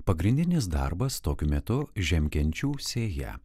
pagrindinis darbas tokiu metu žiemkenčių sėja